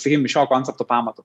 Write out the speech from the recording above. sakykim šio pastato pamatu